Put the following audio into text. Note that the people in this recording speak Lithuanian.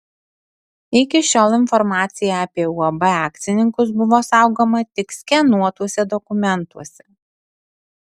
iki šiol informacija apie uab akcininkus buvo saugoma tik skenuotuose dokumentuose